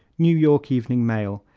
new york evening mail,